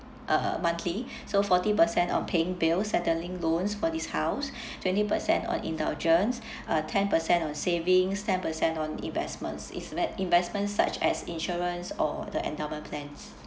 uh monthly so forty percent on paying bills settling loans for this house twenty percent on indulgence uh ten percent on savings ten percent on investments inves~ investments such as insurance or the endowment plan